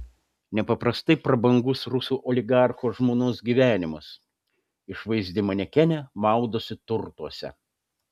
nepaprastai prabangus rusų oligarcho žmonos gyvenimas išvaizdi manekenė maudosi turtuose